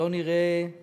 שלא נראה רב,